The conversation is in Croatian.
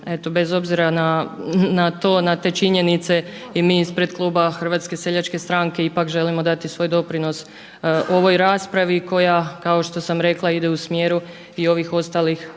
bez obzira na to, na te činjenice i mi ispred kluba Hrvatske seljačke stranke ipak želimo dati svoj doprinos ovoj raspravi koja kao što sam rekla ide u smjeru i ovih ostalih